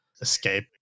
escape